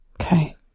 Okay